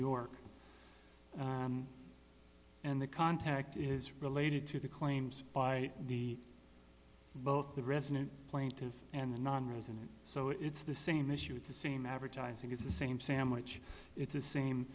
york and the contact is related to the claims by the both the resident plaintiff and the nonresident so it's the same issue it's the same advertising is the same sandwich it's the same